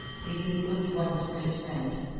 the youth looked once for his friend.